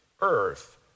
earth